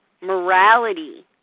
morality